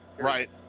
Right